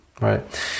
Right